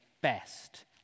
best